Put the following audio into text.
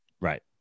Right